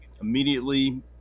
immediately